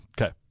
Okay